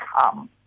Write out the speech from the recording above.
come